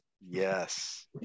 Yes